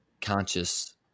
conscious